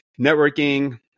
networking